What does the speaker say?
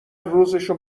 روزشو